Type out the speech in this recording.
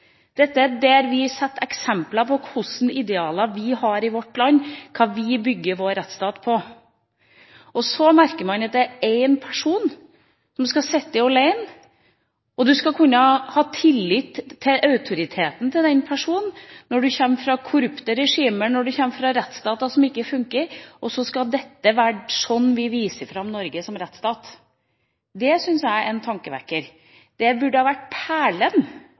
på. Så merker man at det er én person som skal sitte alene, og man skal kunne ha tillit til autoriteten til den personen når man kommer fra korrupte regimer, når man kommer fra rettsstater som ikke funker – og så skal dette være sånn vi viser fram Norge som rettsstat. Det syns jeg er en tankevekker. Det burde ha vært